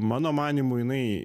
mano manymu jinai